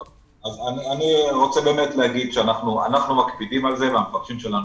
אני רוצה באמת להגיד שאנחנו מקפידים על זה והמפקחים שלנו